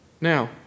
Now